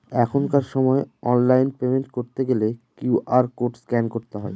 এখনকার সময় online payment করতে গেলে কিউ.আর কোড স্ক্যান করতে হয়